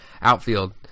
outfield